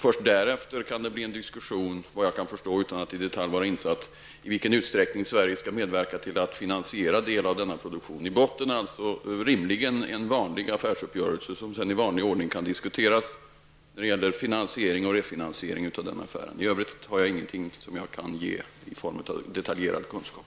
Först därefter kan det, såvitt jag förstår, bli en diskussion om i vilken utsträckning Sverige skall medverka till att finansiera en del av denna produktion. Den affärsuppgörelse som rimligen ligger i botten kan alltså sedan i vanlig ordning diskuteras när det gäller finansiering och refinansiering. I övrigt har jag ingenting som jag kan meddela i form av detaljerad kunskap.